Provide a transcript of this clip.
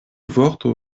vorto